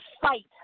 fight